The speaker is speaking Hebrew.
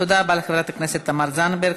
תודה רבה לחברת הכנסת תמר זנדברג.